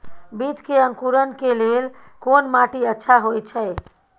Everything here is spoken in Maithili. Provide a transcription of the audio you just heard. बीज के अंकुरण के लेल कोन माटी अच्छा होय छै?